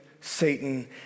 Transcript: Satan